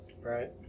right